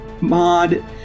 Mod